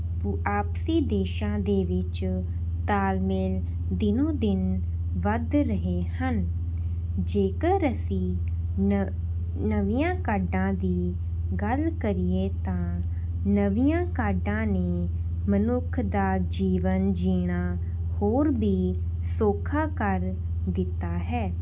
ਪੁ ਆਪਸੀ ਦੇਸ਼ਾਂ ਦੇ ਵਿੱਚ ਤਾਲਮੇਲ ਦਿਨੋਂ ਦਿਨ ਵੱਧ ਰਹੇ ਹਨ ਜੇਕਰ ਅਸੀਂ ਨ ਨਵੀਆਂ ਕਾਢਾਂ ਦੀ ਗੱਲ ਕਰੀਏ ਤਾਂ ਨਵੀਆਂ ਕਾਢਾਂ ਨੇ ਮਨੁੱਖ ਦਾ ਜੀਵਨ ਜਿਉਣਾ ਹੋਰ ਵੀ ਸੌਖਾ ਕਰ ਦਿੱਤਾ ਹੈ